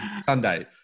Sunday